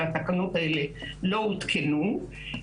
והתקנות האלה לא הותקנו.